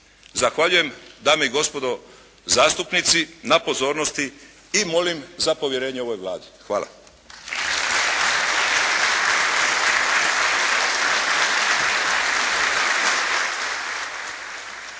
Zahvaljujem dame i gospodo zastupnici na pozornosti molim za povjerenje ovoj Vladi. Hvala.